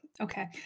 Okay